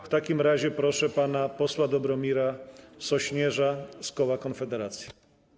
W takim razie proszę pana posła Dobromira Sośnierza z koła Konfederacja.